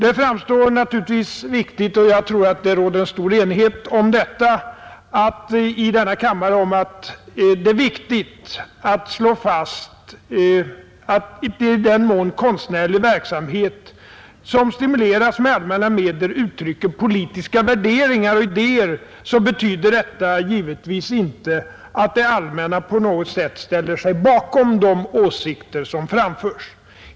Det framstår naturligtvis som viktigt — och jag tror att det råder stor enighet om detta i denna kammare — att slå fast att, i den mån konstärlig verksamhet som stimuleras med allmänna medel uttrycker politiska värderingar och idéer, betyder detta givetvis inte att det allmänna på något sätt ställer sig bakom de åsikter som framförs.